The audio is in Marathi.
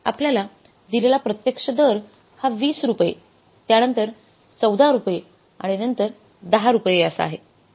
आपल्याला दिलेला प्रत्यक्ष दर हा २० रुपये त्यांनतर नंतर 14 रुपये आणि नंतर 10 रुपये असा आहे